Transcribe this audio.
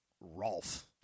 Rolf